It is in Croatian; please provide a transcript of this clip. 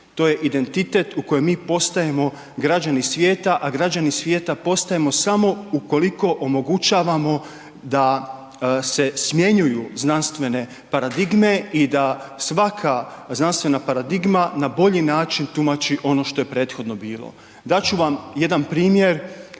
to je identitet u kojem mi postajemo građani svijeta, a građani svijeta postajemo samo ukoliko omogućavamo da se smjenjuju znanstvene paradigme i da svaka znanstvena paradigma na bolji način tumači ono što je prethodno bilo. Dat ću vam jedan primjer